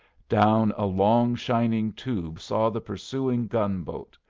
down a long shining tube saw the pursuing gun-boat,